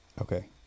Okay